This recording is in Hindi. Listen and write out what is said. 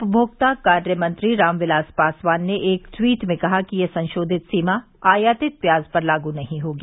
उपमोक्ता कार्य मंत्री रामविलास पासवान ने एक ट्वीट में कहा कि ये संशोधित सीमा आयातित प्याज पर लागू नहीं होगी